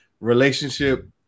relationship